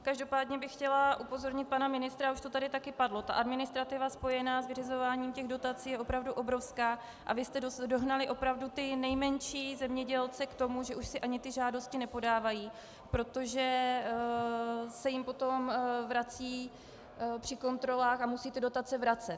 Každopádně bych chtěla upozornit pana ministra, a už to tady taky padlo, administrativa spojená s vyřizováním těch dotací je opravdu obrovská a vy jste dohnali opravdu ty nejmenší zemědělce k tomu, že už si ani ty žádosti nepodávají, protože se jim potom vrací při kontrolách a musejí ty dotace vracet.